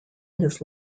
his